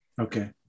Okay